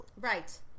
Right